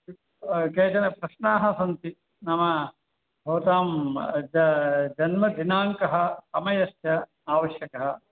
केचन प्रश्नाः सन्ति नाम भवतां जा जन्मदिनाङ्कः समयश्च आवश्यकः